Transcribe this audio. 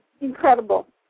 incredible